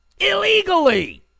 illegally